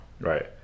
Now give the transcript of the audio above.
Right